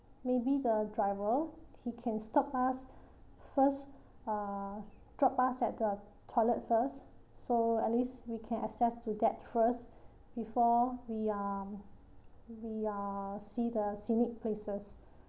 maybe the driver he can stop us first uh drop us at the toilet first so at least we can access to that first before we are we are see the scenic places